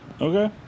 Okay